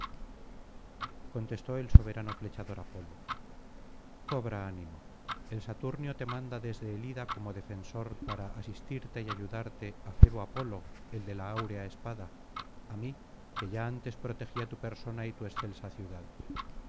contestó el soberano flechador apolo cobra ánimo el saturnio te manda desde el ida como defensor para asistirte y ayudarte a febo apolo el de la áurea espada á mí que ya antes protegía tu persona y tu excelsa ciudad